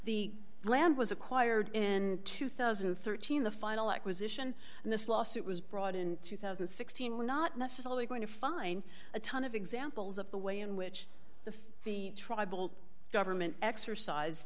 the land was acquired in two thousand and thirteen the final acquisition and this lawsuit was brought in two thousand and sixteen were not necessarily going to find a ton of examples of the way in which the the tribal government exercise